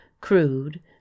crude